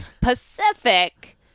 Pacific